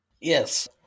Yes